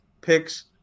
picks